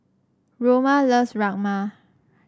Roma loves Rajma